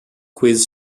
quiz